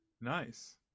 nice